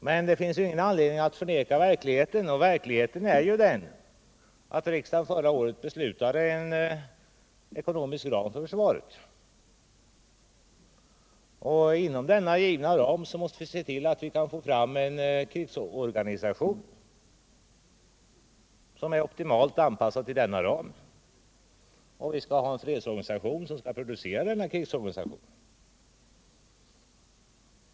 Men det finns ingen anledning att förneka verkligheten, och verkligheten är ju den att riksdagen förra året fattade beslut om en ekonomisk ram för försvaret. Vi måste då se till att vi får fram en krigsorganisation som är optimalt anpassad till denna ram. Vi måste också ha en fredsorganisation som producerar krigsorganisationen.